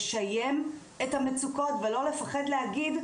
להציף את המצוקות ולא לפחד להגיד,